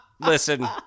listen